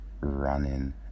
running